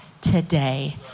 today